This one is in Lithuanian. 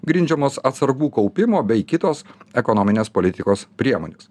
grindžiamos atsargų kaupimo bei kitos ekonominės politikos priemonės